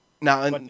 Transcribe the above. now